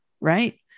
right